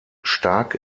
stark